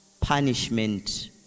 punishment